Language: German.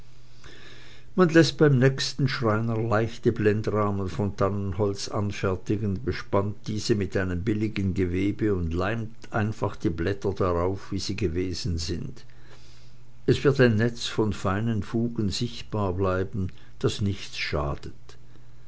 man läßt beim nächsten schreiner leichte blendrahmen von tannenholz anfertigen bespannt diese mit einem billigen gewebe und leimt einfach die blätter darauf wie sie gewesen sind es wird ein netz von feinen fugen sichtbar bleiben das nichts schadet